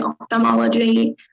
ophthalmology